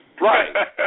Right